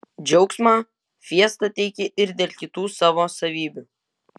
džiaugsmą fiesta teikia ir dėl kitų savo savybių